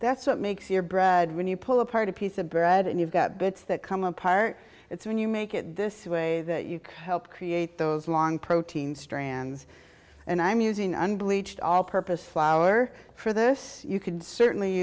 that's what makes your bread when you pull apart a piece of bread and you've got bits that come apart it's when you make it this way that you can help create those long protein strands and i'm using unbleached all purpose flour for this you could certainly